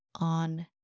on